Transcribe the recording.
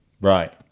right